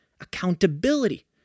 accountability